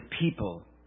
people